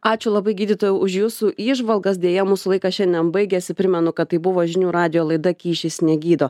ačiū labai gydytojau už jūsų įžvalgas deja mūsų laikas šiandien baigiasi primenu kad tai buvo žinių radijo laida kyšis negydo